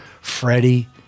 Freddie